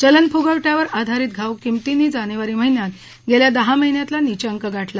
चलनफुगवट्यावर आधारित घाऊक किमतींनी जानेवारी महिन्यात गेल्या दहा महिन्यातला नीचांक गाठला